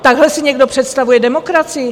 Takhle si někdo představuje demokracii?